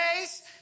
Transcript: days